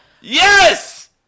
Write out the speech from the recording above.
Yes